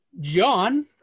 John